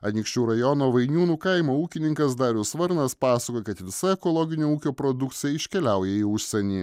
anykščių rajono vainiūnų kaimo ūkininkas darius varnas pasakojo kad visa ekologinio ūkio produkcija iškeliauja į užsienį